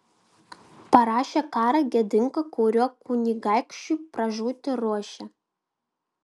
parašė karą gėdingą kuriuo kunigaikščiui pražūtį ruošia